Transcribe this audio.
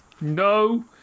no